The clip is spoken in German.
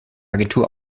agentur